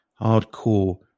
hardcore